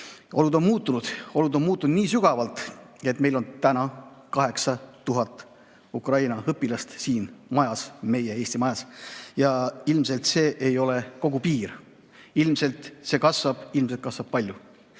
Olud on muutunud. Olud on muutunud nii sügavalt, et meil on täna 8000 Ukraina õpilast siin majas, meie eesti majas, ja ilmselt see ei ole veel piir. Ilmselt see kasvab, ilmselt kasvab palju.